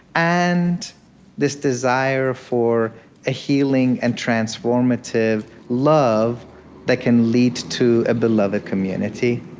and this desire for a healing and transformative love that can lead to a beloved community?